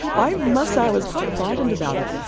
i must say i was quite frightened about it,